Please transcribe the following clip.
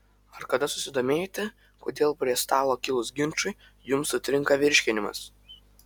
ar kada susidomėjote kodėl prie stalo kilus ginčui jums sutrinka virškinimas